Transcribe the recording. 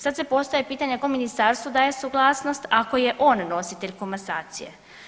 Sad se postavlja pitanje ko ministarstvu daje suglasnost ako je on nositelj komasacije?